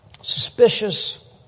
suspicious